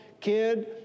kid